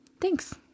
Thanks